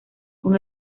con